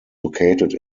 located